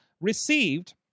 received